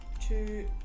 Two